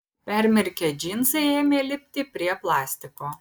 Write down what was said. permirkę džinsai ėmė lipti prie plastiko